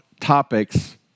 topics